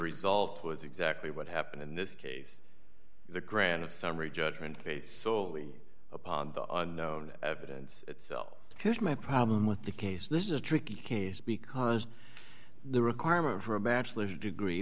result was exactly what happened in this case the grant of summary judgment based solely upon the unknown evidence itself here's my problem with the case this is a tricky case because the requirement for a bachelor's degree